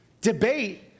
Debate